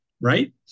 right